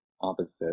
opposite